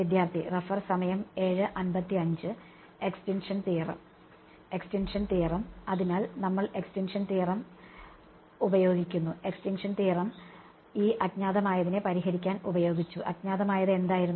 excision theorem അതിനാൽ നമ്മൾ excision theorem ഉപയോഗിക്കുന്നു എക്സിങ്ഷൻ തിയറം ഈ അജ്ഞാതമായതിനെ പരിഹരിക്കാൻ ഉപയോഗിച്ചു അജ്ഞാതമായത് എന്തായിരുന്നു